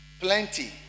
plenty